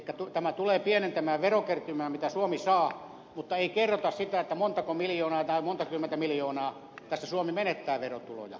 elikkä tämä tulee pienentämään verokertymää minkä suomi saa mutta ei kerrota sitä montako miljoonaa tai montako kymmentä miljoonaa tässä suomi menettää verotuloja